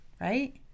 right